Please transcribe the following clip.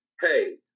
Hey